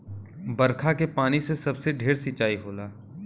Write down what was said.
बरखा के पानी से सबसे ढेर सिंचाई होला